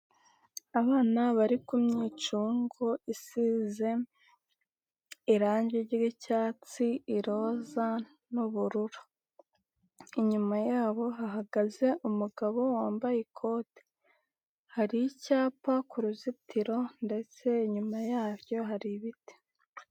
Abana bari ku myicundo isize irangi ry'icyatsi, iroza n'ubururu. Inyuma yabo hahagaze umugabo wambaye ikote. Hari icyapa ku ruzitiro ndetse inyuma yabyo hari ibiti.